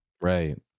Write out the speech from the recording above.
Right